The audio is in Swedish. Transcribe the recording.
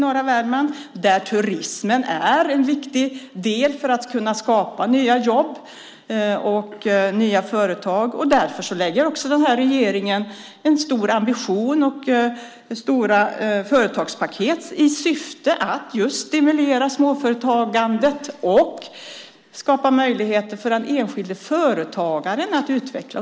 Där är turismen en viktig del för att kunna skapa nya jobb och nya företag. Därför har också regeringen en stor ambition och lägger fram stora företagspaket i syfte att just stimulera småföretagande. Det handlar om att skapa möjligheter för den enskilde företagaren att utvecklas.